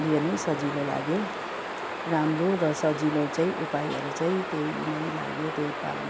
यो नै सजिलो लाग्यो राम्रो र सजिलो चाहिँ उपायहरू चाहिँ त्यही नै लाग्यो त्यही पाल्नु